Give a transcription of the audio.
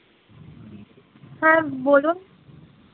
হ্যাঁ বলুন